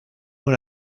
una